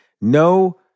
No